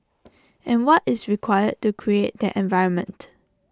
and what is required to create that environment